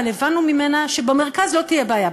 אבל הבנו ממנה שבמרכז לא תהיה בעיה,